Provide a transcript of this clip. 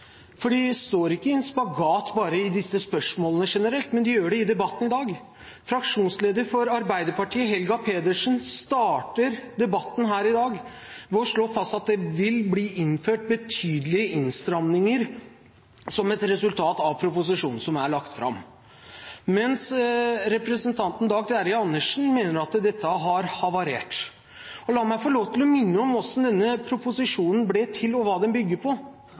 for de står ikke i en spagat bare i disse spørsmålene generelt, men de gjør det i debatten i dag. Fraksjonsleder for Arbeiderpartiet, Helga Pedersen, starter debatten her i dag med å slå fast at det vil bli innført betydelige innstramninger som et resultat av proposisjonen som er lagt fram, mens representanten Dag Terje Andersen mener at dette har havarert. La meg få lov til å minne om hvordan denne proposisjonen ble til og hva den bygger på. Proposisjonen bygger på